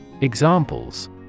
Examples